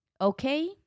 okay